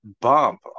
bump